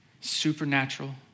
Supernatural